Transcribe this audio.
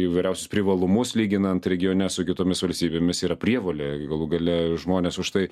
įvairiausius privalumus lyginant regione su kitomis valstybėmis yra prievolė galų gale žmonės už tai